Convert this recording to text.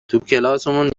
توکلاسمون